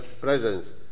presence